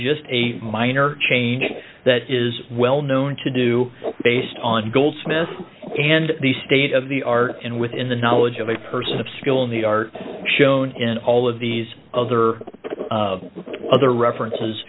just a minor change that is well known to do based on goldsmith and the state of the art and within the knowledge of a person of skill in the art shown in all of these other other references